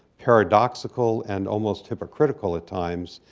paradoxical and almost hypocritical at times,